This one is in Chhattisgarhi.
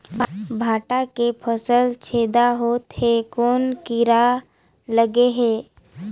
भांटा के फल छेदा होत हे कौन कीरा लगे हे?